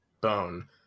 bone